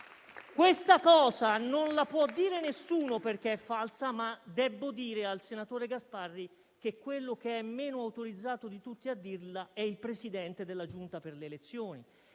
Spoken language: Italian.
Questo non lo può dire nessuno, perché è falso, ma debbo dire al senatore Gasparri che chi è meno autorizzato di tutti a farlo è il Presidente della Giunta delle elezioni,